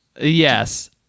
yes